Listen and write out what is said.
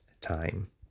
time